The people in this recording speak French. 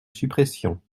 suppression